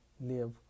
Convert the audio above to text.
live